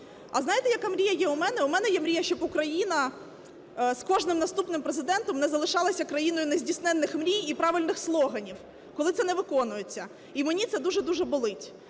А знаєте, яка мрія є у мене? У мене є мрія, щоби Україна з кожним наступним Президентом не залишалася країною нездійсненних мрій і правильних слоганів, коли це не виконується, і мені це дуже-дуже болить.